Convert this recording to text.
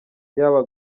yaba